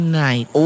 night